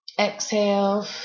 exhale